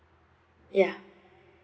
ya